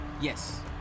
Yes